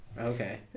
Okay